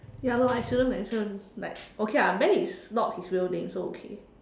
ya lor I shouldn't mention like okay ah Ben is not his real name so okay